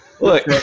look